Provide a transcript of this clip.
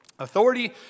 Authority